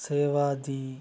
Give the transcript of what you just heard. ਸੇਵਾ ਦੀ